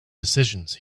decisions